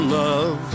love